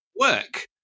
work